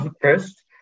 first